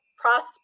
prospect